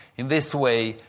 in this way,